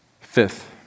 Fifth